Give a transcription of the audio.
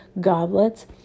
goblets